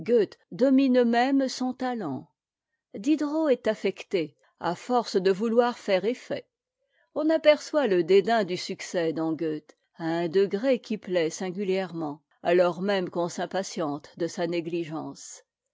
domine même son talent diderot est affecté à force de vouloir faire effet on aperçoit le dédain du succès dans goethe à un degré qui plaît singulièrement alors même qu'on s'impatiente de sa négligence